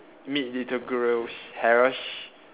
meet little girls harass